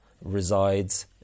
Resides